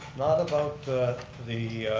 not about the the